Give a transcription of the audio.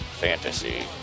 fantasy